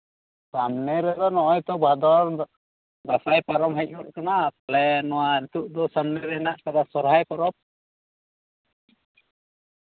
ᱥᱟᱢᱱᱮ ᱨᱮᱫᱚ ᱱᱚᱜᱼᱚᱭ ᱛᱚ ᱵᱷᱟᱫᱚᱨᱼᱫᱟᱸᱥᱟᱭ ᱯᱟᱨᱚᱢ ᱦᱮᱡ ᱜᱚᱫ ᱟᱠᱟᱱᱟ ᱛᱟᱦᱞᱮ ᱱᱚᱶᱟ ᱱᱤᱛᱚᱜ ᱫᱚ ᱥᱟᱢᱱᱮᱨᱮ ᱢᱮᱱᱟᱜ ᱟᱠᱟᱫᱟ ᱥᱚᱦᱨᱟᱭ ᱯᱚᱨᱚᱵᱽ